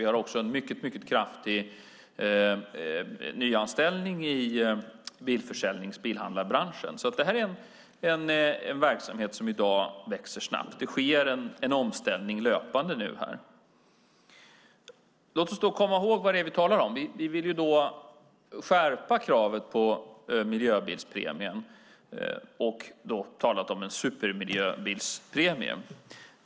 Vi har också en mycket kraftig nyanställning i bilhandlarbranschen, så det är en verksamhet som i dag växer snabbt. Det sker nu löpande en omställning. Låt oss komma ihåg vad det är vi talar om. Vi vill skärpa kravet på miljöbilspremien och har då talat om en supermiljöbilspremie.